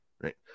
Right